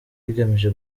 bigamije